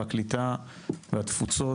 הקליטה והתפוצות,